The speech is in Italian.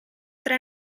tre